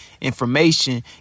information